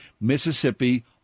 Mississippi